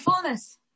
fullness